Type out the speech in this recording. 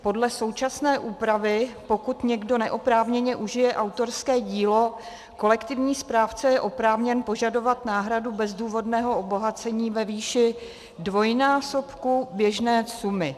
Podle současné úpravy, pokud někdo neoprávněně užije autorské dílo, kolektivní správce je oprávněn požadovat náhradu bezdůvodného obohacení ve výši dvojnásobku běžné sumy.